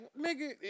nigga